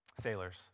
sailors